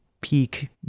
peak